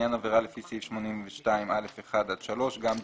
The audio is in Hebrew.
ולעניין עבירה לפי סעיף 82(א)(1) עד (3) גם דירקטור.